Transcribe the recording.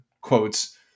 quotes